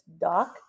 dock